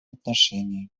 отношении